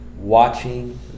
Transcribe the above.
watching